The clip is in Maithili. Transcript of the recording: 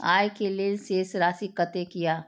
आय के लेल शेष राशि कतेक या?